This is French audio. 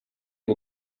aux